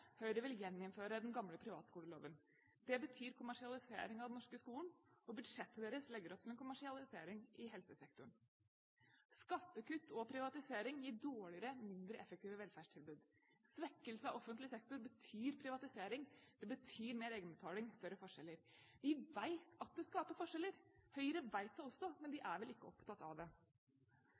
Høyre vil gjeninnføre den gamle privatskoleloven. Det betyr kommersialisering av den norske skolen, og budsjettet deres legger opp til en kommersialisering i helsesektoren. Skattekutt og privatisering gir dårligere og mindre effektive velferdstilbud. En svekkelse av offentlig sektor betyr privatisering, det betyr mer egenbetaling og større forskjeller. Vi vet at det skaper forskjeller. Også Høyre vet det, men de er vel ikke opptatt av det.